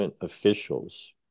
officials